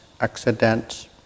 accidents